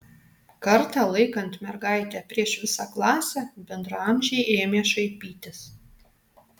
kartą laikant mergaitę prieš visą klasę bendraamžiai ėmė šaipytis